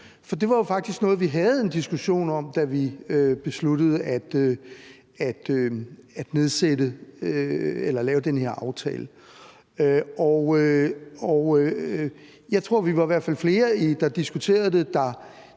for det var jo faktisk noget, vi havde en diskussion om, da vi besluttede at lave den her aftale. Jeg tror – vi var i hvert fald flere, der diskuterede det og